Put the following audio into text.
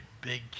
big